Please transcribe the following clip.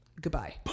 Goodbye